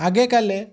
ଆଗ କାଳେ